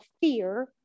fear